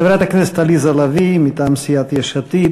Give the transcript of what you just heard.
חברת הכנסת עליזה לביא מטעם סיעת יש עתיד,